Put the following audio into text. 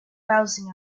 browsing